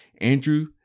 Andrew